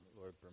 Lord